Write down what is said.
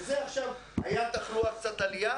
וזה עכשיו: הייתה תחלואה, קצת עלייה